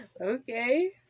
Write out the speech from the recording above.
Okay